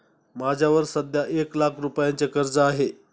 माझ्यावर सध्या एक लाख रुपयांचे कर्ज आहे